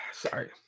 Sorry